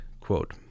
quote